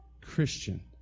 Christian